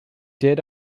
did